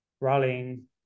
rallying